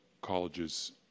colleges